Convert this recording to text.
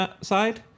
side